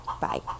Bye